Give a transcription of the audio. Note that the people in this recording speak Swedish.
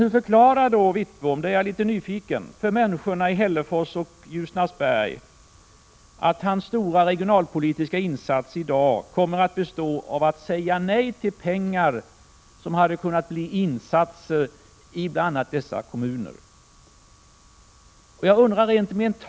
Hur förklarar då Wittbom för människorna i Hällefors och Ljusnarsberg att hans stora regionalpolitiska insats i dag kommer att bestå i att säga nej till pengar som hade kunnat finansiera insatser i bl.a. dessa kommuner? Jag är litet nyfiken på det.